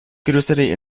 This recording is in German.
größere